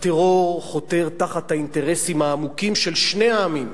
הטרור חותר תחת האינטרסים העמוקים של שני העמים,